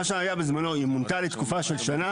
מה שהיה בזמנו, זה שהיא מונתה לתקופה של שנה.